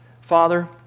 Father